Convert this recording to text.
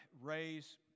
raise